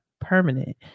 permanent